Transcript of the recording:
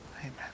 Amen